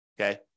Okay